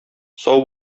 сау